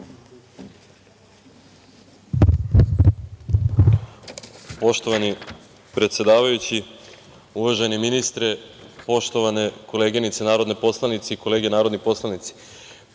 predsedavajući, uvaženi ministre, poštovane koleginice narodne poslanice i kolege narodni poslanici. Pre